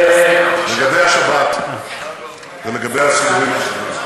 אדוני ראש הממשלה, מה עם הייצוג שלנו?